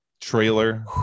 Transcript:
trailer